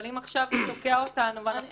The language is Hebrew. אבל אם זה תוקע אותנו עכשיו,